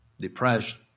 Depression